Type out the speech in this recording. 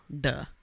Duh